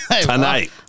tonight